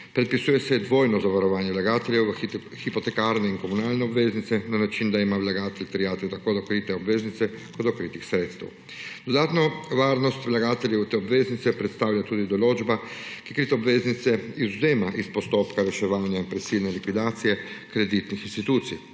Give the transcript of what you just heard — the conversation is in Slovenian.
Predpisuje se dvojno zavarovanje vlagateljev v hipotekarne in komunalne obveznice na način, da ima vlagatelj terjatev tako do kritih obveznic kot do kritih sredstev. Dodatno varnost vlagatelji v te obveznice predstavlja tudi določba, ki krite obveznice izvzema iz postopka reševanja in prisilne likvidacije kreditnih institucij.